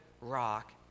rock